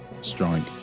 strike